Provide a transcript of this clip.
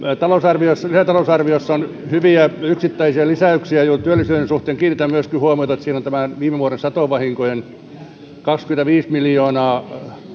lisätalousarviossa on hyviä yksittäisiä lisäyksiä työllisyyden suhteen kiinnitän myöskin huomiota että siinä on tämä viime vuoden satovahinkojen kaksikymmentäviisi miljoonaa